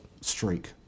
streak